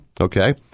okay